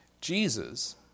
Jesus